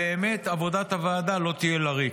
-- כדי שבאמת, עבודת הוועדה לא תהיה לריק.